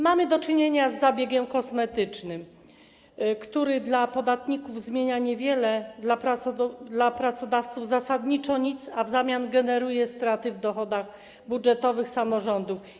Mamy do czynienia z zabiegiem kosmetycznym, który dla podatników zmienia niewiele, dla pracodawców zasadniczo nic, a w zamian generuje straty w dochodach budżetowych samorządów.